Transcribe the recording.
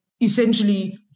essentially